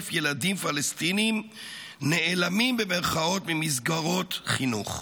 ילדים פלסטינים "נעלמים" ממסגרות חינוך,